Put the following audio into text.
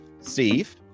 Steve